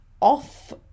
off